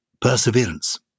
Perseverance